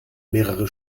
mehrere